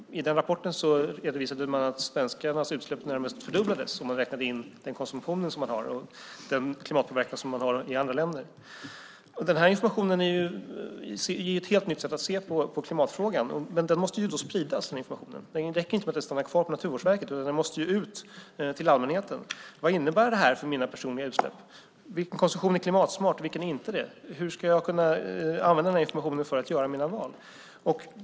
I rapporten redovisade man att svenskarnas utsläpp i det närmaste fördubblades om man räknade in konsumtionen och den klimatpåverkan som man har i andra länder. Den informationen ger ett nytt sätt att se på klimatfrågan. Den måste ju spridas. Det räcker inte att den stannar på Naturvårdsverket. Den måste ut till allmänheten. Vad innebär det för mina personliga utsläpp? Vilken konsumtion är klimatsmart och vilken är inte det? Hur ska jag använda informationen för att göra mina val?